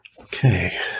Okay